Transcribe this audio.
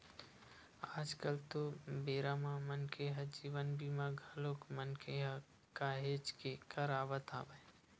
आज कल तो बेरा म मनखे ह जीवन बीमा घलोक मनखे ह काहेच के करवात हवय